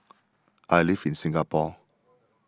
I live in Singapore